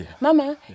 Mama